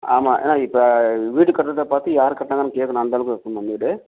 ஆமாம் ஏன்னால் இப்போ வீடு கட்றதை பார்த்து யார் கட்டினாங்கன் கேட்கணும் அந்த அளவுக்கு இருக்கணும்மா வீடு